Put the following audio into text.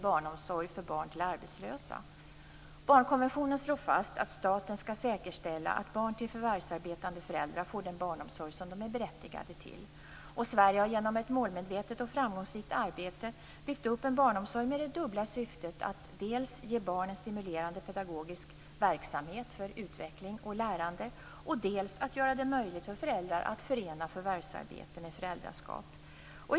Barnkonventionen slår fast att staten skall säkerställa att barn till förvärvsarbetande föräldrar får den barnomsorg som de är berättigade till. Sverige har genom ett målmedvetet och framgångsrikt arbete byggt upp en barnomsorg med det dubbla syftet att dels ge barn en stimulerande pedagogisk verksamhet för utveckling och lärande, dels göra det möjligt för föräldrar att förena förvärvsarbete med föräldraskap.